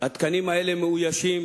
התקנים האלה מאוישים,